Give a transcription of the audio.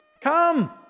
Come